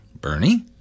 Bernie